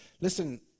listen